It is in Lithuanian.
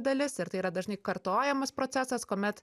dalis ir tai yra dažnai kartojamas procesas kuomet